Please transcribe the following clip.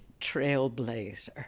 Trailblazer